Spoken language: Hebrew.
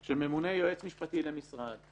חבר'ה, אנחנו ממנים יועץ משפטי למשרד,